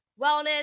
wellness